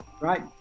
Right